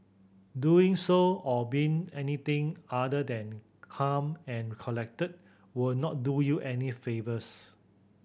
doing so or being anything other than calm and collected will not do you any favours